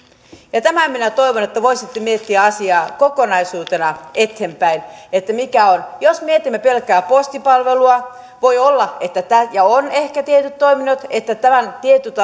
minä toivon että voisitte miettiä asiaa kokonaisuutena eteenpäin että mikä on jos mietimme pelkkää postipalvelua voi olla ja on ehkä niin että tietyt